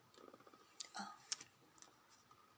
ah